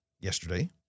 yesterday